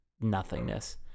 nothingness